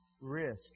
risk